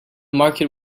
market